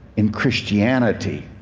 in christianity,